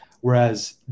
Whereas